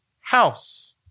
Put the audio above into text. house